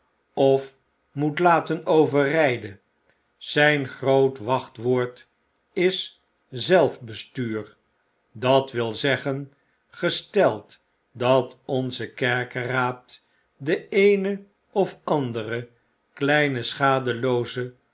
of moet laten overriden zyn groot wachtwoord is zelf bestuur dat wil zeggen gesteld dat onze kerkeraad de eene of andere kleine